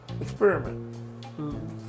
experiment